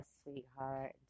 sweetheart